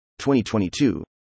2022